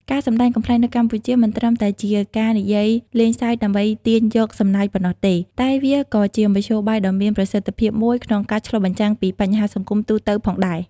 ការសម្ដែងកំប្លែងនៅកម្ពុជាមិនត្រឹមតែជាការនិយាយលេងសើចដើម្បីទាញយកសំណើចប៉ុណ្ណោះទេ តែវាក៏ជាមធ្យោបាយដ៏មានប្រសិទ្ធភាពមួយក្នុងការឆ្លុះបញ្ចាំងពីបញ្ហាសង្គមទូទៅផងដែរ។